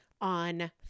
on